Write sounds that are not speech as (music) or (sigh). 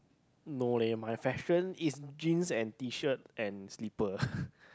no leh my fashion is jeans and T-shirt and slipper (laughs)